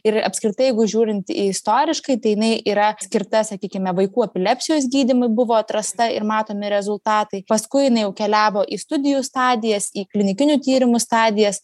ir apskritai jeigu žiūrint į istoriškai tai jinai yra skirta sakykime vaikų epilepsijos gydymui buvo atrasta ir matomi rezultatai paskui jinai jau keliavo į studijų stadijas į klinikinių tyrimų stadijas